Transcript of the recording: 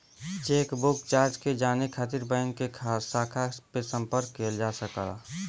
chequebook charge के जाने खातिर बैंक के शाखा पे संपर्क किहल जा सकला